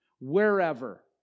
wherever